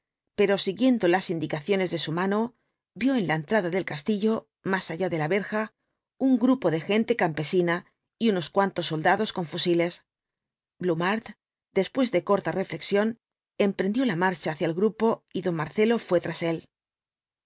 pero siguiendo las indicaciones de su mano vio en la entrada del castillo más allá de la verja un grupo de gente campesina y unos cuantos soldados con ftisiles blumhardt después de corta reñexión emprendió la marcha hacia el grupo y don marcelo fué tras de él